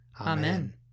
Amen